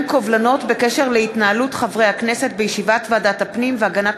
קובלנות בקשר להתנהלות חברי הכנסת בישיבת ועדת הפנים והגנת